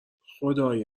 خدای